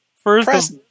First